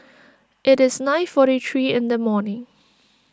it is nine forty three in the morning